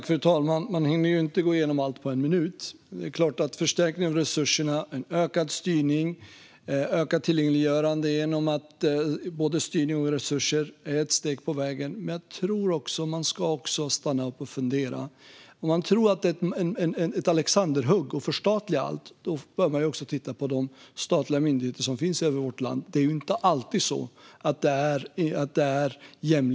Fru talman! Man hinner inte gå igenom allt på en minut. Det är klart att förstärkning av resurserna, en ökad styrning och ökat tillgängliggörande genom både styrning och resurser är några steg på vägen. Men jag tror också att man ska stanna upp och fundera. Om man tror på ett alexanderhugg genom att förstatliga allt bör man också titta på de statliga myndigheter som finns i vårt land. Det är inte alltid jämlikt och utan skillnader där heller.